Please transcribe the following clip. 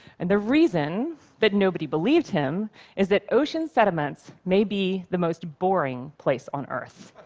and the reason that nobody believed him is that ocean sediments may be the most boring place on earth.